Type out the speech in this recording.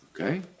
Okay